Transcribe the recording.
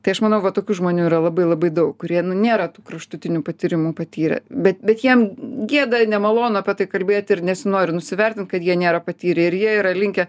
tai aš manau va tokių žmonių yra labai labai daug kurie nu nėra tų kraštutinių patyrimų patyrę bet bet jiem gėda nemalonu apie tai kalbėti ir nesinori nusivertint kad jie nėra patyrę ir jie yra linkę